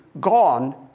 gone